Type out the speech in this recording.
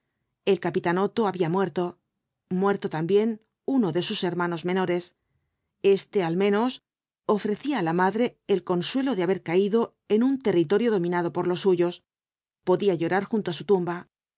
el capitán otto había muerto muerto también uno de sus hermanos menores este al menos ofrecía á la madre el consuelo de haber caído en un territorio dominado por los suyos podía llorar junto á su tumba